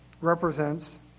represents